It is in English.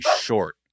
short